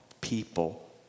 people